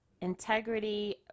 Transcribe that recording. integrity